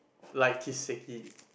like Kiseki